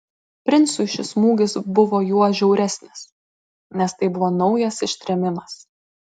princui šis smūgis buvo juo žiauresnis nes tai buvo naujas ištrėmimas